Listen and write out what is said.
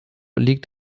liegt